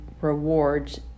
rewards